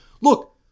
look